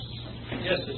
yes